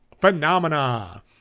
Phenomena